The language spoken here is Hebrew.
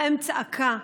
האם צעקה,